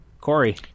Corey